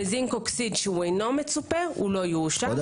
בזינקוקסיד שאינו מצופה הוא לא יאושר.